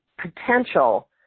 potential